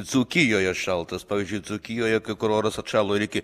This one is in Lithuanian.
dzūkijoje šaltas pavyzdžiui dzūkijoje kai kur oras atšalo ir iki